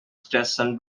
stetson